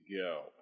go